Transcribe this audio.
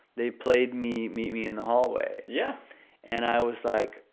they played me meet me in the hallway. yeah and i was like,